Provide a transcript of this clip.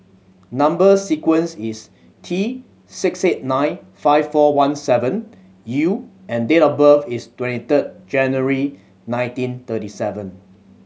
number sequence is T six eight nine five four one seven U and date of birth is twenty third January nineteen thirty seven